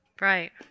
Right